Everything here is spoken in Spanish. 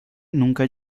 nunca